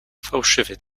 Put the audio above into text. fałszywy